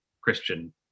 Christian